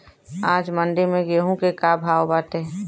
आज मंडी में गेहूँ के का भाव बाटे?